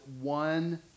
one